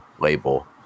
label